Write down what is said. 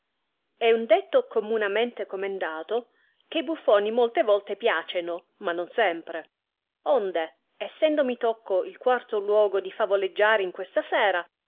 è un detto communamente comendato che i buffoni molte volte piaceno ma non sempre onde essendomi tocco il quarto luogo di favoleggiatore in questa sera